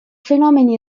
fenomeni